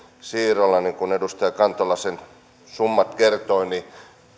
siirrolla niin kuin edustaja kantola ne summat kertoi